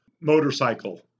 motorcycle